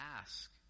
ask